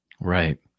Right